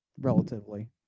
relatively